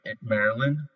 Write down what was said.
Maryland